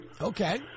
Okay